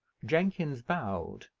jenkins bowed,